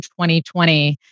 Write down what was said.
2020